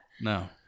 no